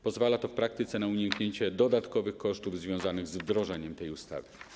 Pozwala to w praktyce na uniknięcie dodatkowych kosztów związanych z wdrożeniem tej ustawy.